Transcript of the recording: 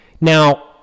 Now